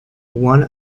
one